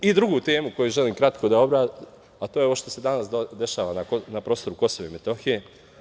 Drugu temu koju želim kratko da obradim, a to je ono što se danas dešava na prostoru Kosova i Metohije.